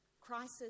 crisis